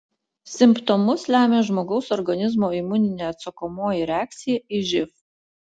simptomus lemia žmogaus organizmo imuninė atsakomoji reakcija į živ